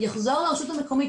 יחזור לרשות המקומית,